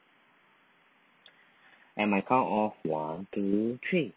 at my count of one two three